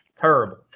terrible